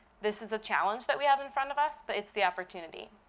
this is a challenge that we have in front of us, but it's the opportunity.